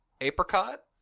apricot